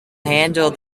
handle